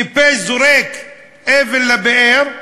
טיפש זורק אבן לבאר,